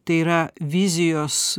tai yra vizijos